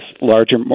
larger